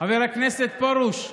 חבר הכנסת פרוש,